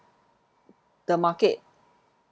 the market